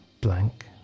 blank